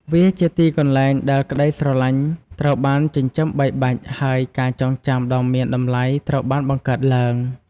វាជាទីកន្លែងដែលក្ដីស្រឡាញ់ត្រូវបានចិញ្ចឹមបីបាច់ ហើយការចងចាំដ៏មានតម្លៃត្រូវបានបង្កើតឡើង។